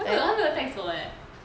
他没有 text 我 eh